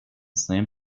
slam